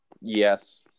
yes